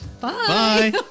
bye